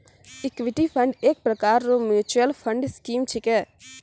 equity fund एक प्रकार रो मिच्युअल फंड स्कीम छिकै